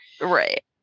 Right